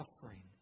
suffering